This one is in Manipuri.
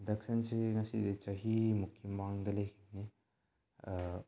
ꯏꯟꯗꯛꯁꯟꯁꯤ ꯃꯁꯤ ꯆꯍꯤꯃꯨꯛꯀꯤ ꯃꯃꯥꯡꯗ ꯂꯩꯕꯅꯦ